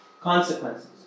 consequences